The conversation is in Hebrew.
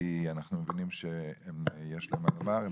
כי אנחנו מבינים שיש להם מה לומר.